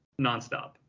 nonstop